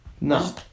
No